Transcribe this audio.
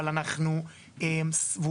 אבל אנחנו סבורים,